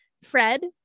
Fred